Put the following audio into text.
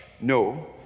No